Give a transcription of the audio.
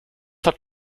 habt